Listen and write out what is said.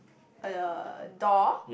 uh the door